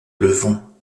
levant